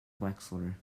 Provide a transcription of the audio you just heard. wexler